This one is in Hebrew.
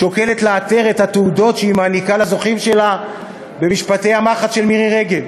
שוקלת לעטר את התעודות שהיא מעניקה לזוכים שלה במשפטי המחץ של מירי רגב.